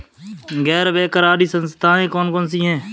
गैर बैंककारी संस्थाएँ कौन कौन सी हैं?